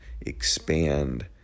expand